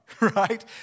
right